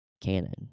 canon